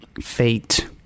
fate